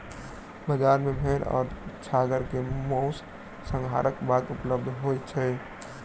बजार मे भेड़ आ छागर के मौस, संहारक बाद उपलब्ध होय छै